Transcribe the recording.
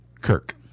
kirk